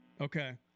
Okay